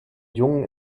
jungen